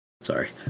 Sorry